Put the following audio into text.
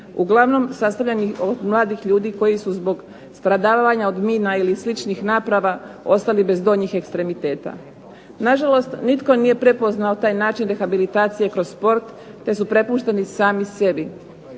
uglavnom sastavljenih od mladih ljudi koji su zbog stradavanja od mina ili sličnih naprava ostali bez donjih ekstremiteta. Na žalost nitko nije prepoznao taj način rehabilitacije kroz sport, te su prepušteni sami sebi.